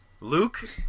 Luke